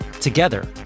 Together